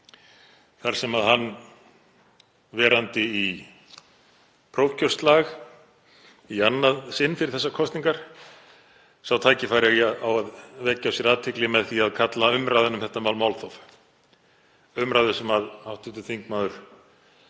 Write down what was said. þar sem hann, verandi í prófkjörsslag í annað sinn fyrir þessar kosningar, sá tækifæri á að vekja á sér athygli með því að kalla umræðuna um þetta mál málþóf, umræðu sem hv. þingmaður